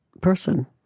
person